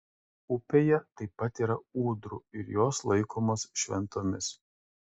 upėje taip pat yra ūdrų ir jos laikomos šventomis